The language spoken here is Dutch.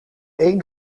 één